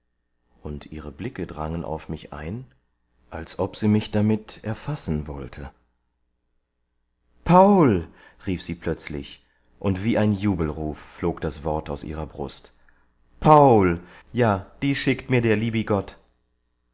und ihre blicke drangen auf mich ein als ob sie mich damit erfassen wollte paul rief sie plötzlich und wie ein jubelruf flog das wort aus ihrer brust paul ja di schickt mir der liebi gott